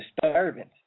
disturbance